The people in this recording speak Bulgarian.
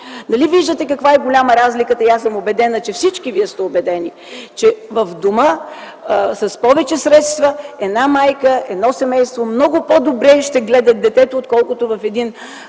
Нали виждате колко голяма е разликата? Аз съм убедена, че всички вие сте убедени, че вкъщи с повече средства една майка, едно семейство много по добре ще гледа детето, отколкото в един